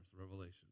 revelation